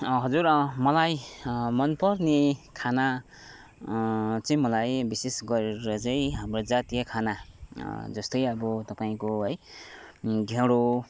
हजुर मलाई मनपर्ने खाना चाहिँ मलाई विशेष गरेर चाहिँ हाम्रो जातीय खाना जस्तै अब तपाईँको है ढेँडो